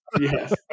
Yes